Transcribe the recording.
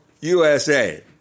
USA